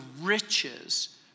riches